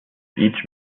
each